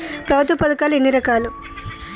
ప్రభుత్వ పథకాలు ఎన్ని రకాలు?